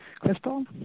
Crystal